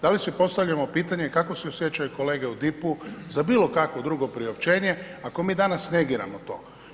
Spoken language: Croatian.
Da li si postavljamo pitanje kako se osjećaju kolege u DIP-u za bilo kakvo drugo priopćenje ako mi danas negiramo to.